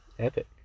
Epic